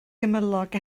gymylog